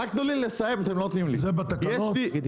זה בתקנות?